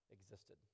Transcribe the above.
existed